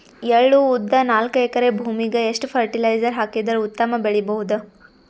ಎಳ್ಳು, ಉದ್ದ ನಾಲ್ಕಎಕರೆ ಭೂಮಿಗ ಎಷ್ಟ ಫರಟಿಲೈಜರ ಹಾಕಿದರ ಉತ್ತಮ ಬೆಳಿ ಬಹುದು?